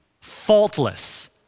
faultless